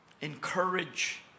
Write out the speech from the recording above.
encourage